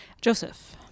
Joseph